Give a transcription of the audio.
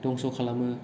दंस' खालामो